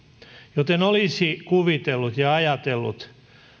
joten olisi kuvitellut ja ajatellut